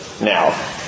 now